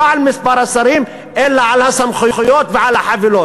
את הסמכות הזאת והסמכות הזאת.